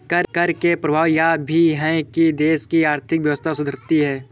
कर के प्रभाव यह भी है कि देश की आर्थिक व्यवस्था सुधरती है